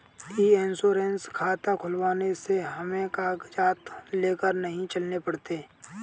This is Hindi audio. ई इंश्योरेंस खाता खुलवाने से हमें कागजात लेकर नहीं चलने पड़ते